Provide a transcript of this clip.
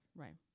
right